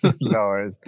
no